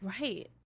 Right